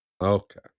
Okay